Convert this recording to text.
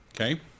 Okay